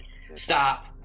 Stop